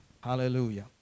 Hallelujah